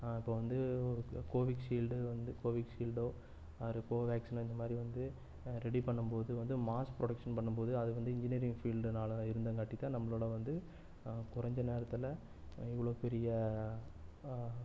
இப்போ வந்து ஒரு கோவிட் ஷீல்டு வந்து கோவிட் ஷீல்டோ ஆர் கோவேக்ஸினோ இந்த மாரி வந்து ரெடி பண்ணும்போது வந்து மாஸ் ப்ரொடெக்ஷன் பண்ணும்போது அது வந்து இன்ஜினியரிங் ஃபீல்டுனால இருந்தங்காட்டி தான் நம்பளோட வந்து குறஞ்ச நேரத்தில் இவ்வளோ பெரிய